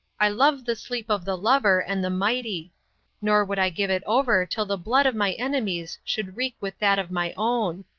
i love the sleep of the lover and the mighty nor would i give it over till the blood of my enemies should wreak with that of my own.